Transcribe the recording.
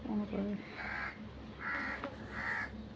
କଣ କହିବି